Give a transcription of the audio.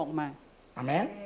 Amen